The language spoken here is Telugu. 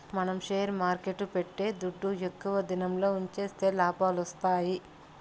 మనం షేర్ మార్కెట్ల పెట్టే దుడ్డు ఎక్కువ దినంల ఉన్సిస్తేనే లాభాలొత్తాయి